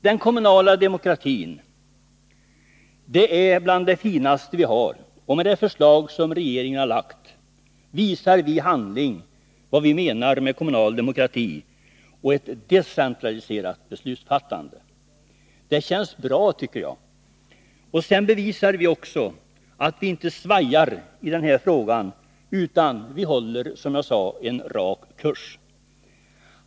Den kommunala demokratin är bland det finaste vi har, och med det förslag som regeringen lagt fram visar vi i handling vad vi menar med kommunal demokrati och ett decentraliserat beslutsfattande. Det känns bra, tycker jag. Och sedan bevisar vi också att vi inte svajar i den här frågan, utan håller en rak kurs.